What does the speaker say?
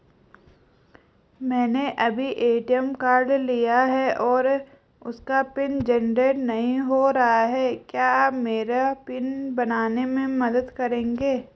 मैंने अभी ATM card लिया है और उसका पिन जेनरेट नहीं हो रहा है क्या आप मेरा पिन बनाने में मदद करेंगे?